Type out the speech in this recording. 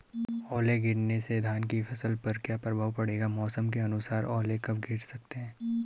ओले गिरना से धान की फसल पर क्या प्रभाव पड़ेगा मौसम के अनुसार ओले कब गिर सकते हैं?